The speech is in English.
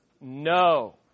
no